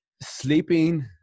sleeping